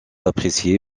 apprécié